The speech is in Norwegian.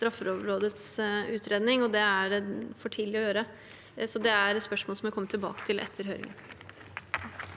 Straffelovrådets utredning, og det er det for tidlig å gjøre. Det er et spørsmål jeg kommer tilbake til etter høringen.